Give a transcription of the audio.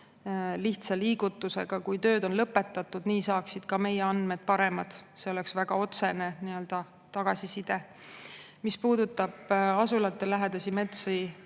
lihtsa liigutusega, kui tööd on lõpetatud. Nii saaksid ka meie andmed paremad ja see oleks väga otsene tagasiside. Mis puudutab asulatelähedasi metsi,